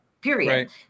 period